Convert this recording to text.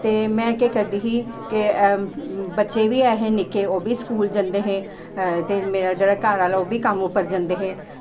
ते में केह् करदी ही की बच्चे बी ऐहे निक्के ओह्बी स्कूल जंदे हे ते मेरा जेह्ड़ा घर आह्ला ओह्बी घर जंदे हे